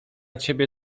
ciebie